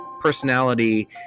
personality